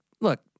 look